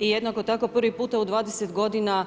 I jednako tako prvi puta u 20 godina